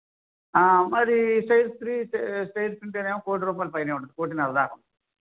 మరి side three sides ఉంటే ఏమో కోటి రూపాయల పైన ఉంటుంది కోటిన్నర దాకా